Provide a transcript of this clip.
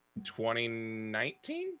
2019